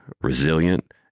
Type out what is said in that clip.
resilient